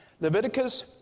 Leviticus